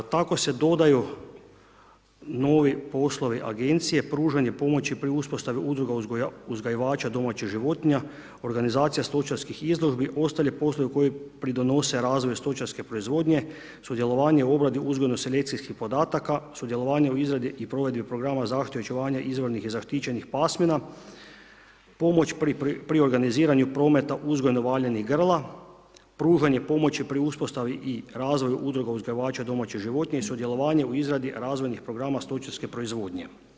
Tako se dodaju novi poslovi Agencije pružanje pomoći pri uspostavi udruga uzgajivača domaćih životinja, organizacija stočarskih izložbi, ostali poslovi koji pridonose razvoju stočarske proizvodnje, sudjelovanje u obradi uzgojno-selekcijskih podataka, sudjelovanje u izradi i provedbi programa zaštite očuvanja izvornih i zaštićenih pasmina, pomoć pri organiziranju prometa uzgojno valjanih grla, pružanje pomoći pri uspostavi i razvoju udruga uzgajivača domaće životinje, sudjelovanje u izradi razvojnih programa stočarske proizvodnje.